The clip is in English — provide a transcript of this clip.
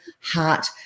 heart